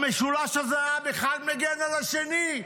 המשולש הזה מגן אחד על השני.